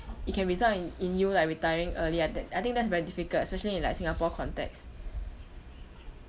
it can result in in you like retiring earlier that I think that's very difficult especially in like singapore context